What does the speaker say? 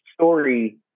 story